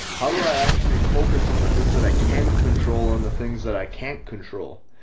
how do i actually focus on the things that i can control on the things that i can't control?